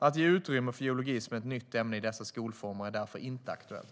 Att ge utrymme för geologi som ett nytt ämne i dessa skolformer är därför inte aktuellt.